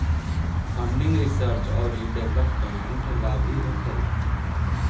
funding research औरी development ला भी होखेला